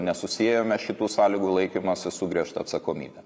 nesusiejome šitų sąlygų laikymosi su griežta atsakomybe